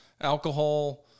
alcohol